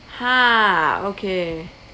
!huh! okay